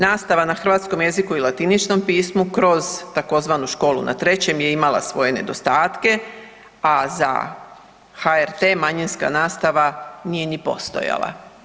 Nastava na hrvatskom jeziku i latiničnom pismu kroz tzv. Školu na Trećem je imala svoje nedostatke, a za HRT manjinska nastava nije ni postojala.